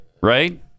right